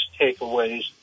takeaways